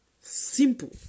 Simple